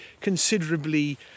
considerably